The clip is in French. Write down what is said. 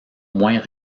moins